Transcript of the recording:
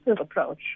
approach